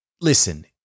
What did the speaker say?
Listen